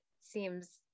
seems